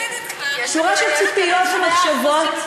שורה של ציפיות ומחשבות,